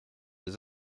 des